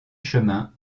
chemin